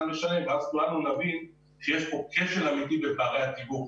משלם ואז כולנו נבין שיש כאן כשל אמיתי בפערי התיווך.